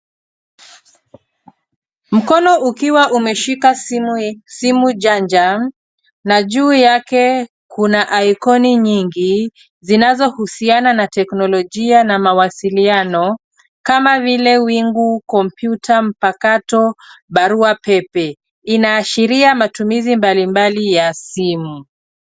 Mkono ukia umeshika simu janja na juu yake kuna aikoni nyingi zinazohusiana na teknolojia na mawasiliano kama vile wingu kompyuta mpakato, barua pepe inaashiria matumizi mbalimbali ya simu.